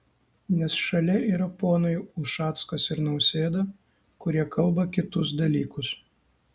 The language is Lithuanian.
nes šalia yra ponai ušackas ir nausėda kurie kalba kitus dalykus